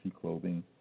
Clothing